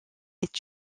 est